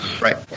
Right